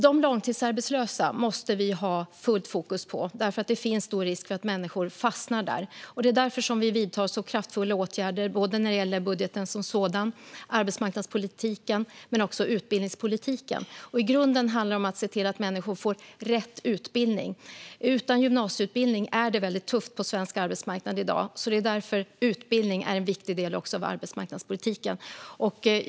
Vi måste ha fullt fokus på de långtidsarbetslösa därför att det finns risk för att människor fastnar i långtidsarbetslöshet. Det är därför som vi vidtar så kraftfulla åtgärder, när det gäller budgeten som sådan, arbetsmarknadspolitiken men också utbildningspolitiken. I grunden handlar det om att se till att människor får rätt utbildning. Utan gymnasieutbildning är det väldigt tufft på svensk arbetsmarknad i dag. Därför är utbildning en viktig del också av arbetsmarknadspolitiken.